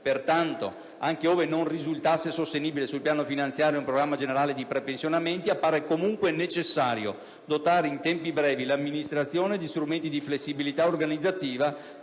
Pertanto, anche ove non risultasse sostenibile sul piano finanziario un programma generale di prepensionamenti, appare comunque necessario dotare in tempi brevi l'amministrazione di strumenti di flessibilità organizzativa,